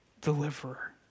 deliverer